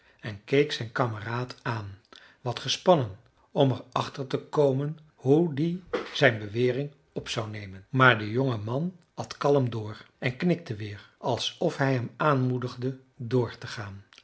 en keek zijn kameraad aan wat gespannen om er achter te komen hoe die zijn bewering op zou nemen maar de jonge man at kalm door en knikte weer alsof hij hem aanmoedigde door te gaan